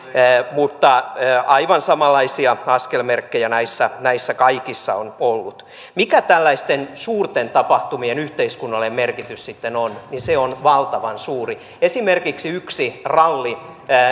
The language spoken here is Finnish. ja aivan samanlaisia askelmerkkejä näissä näissä kaikissa on ollut mikä tällaisten suurten tapahtumien yhteiskunnallinen merkitys sitten on se on valtavan suuri esimerkiksi yksi ralli